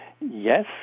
yes